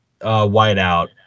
whiteout